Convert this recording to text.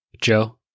Joe